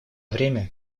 время